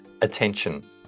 attention